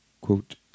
quote